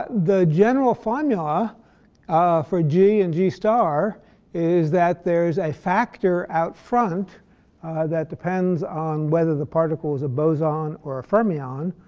the general formula ah for g and g star is that there is a factor out front that depends on whether the particle is a boson or a fermion,